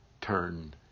turn